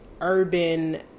urban